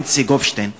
בנצי גופשטיין,